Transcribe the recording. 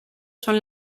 son